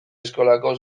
eskolako